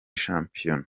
shampiyona